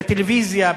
בטלוויזיה,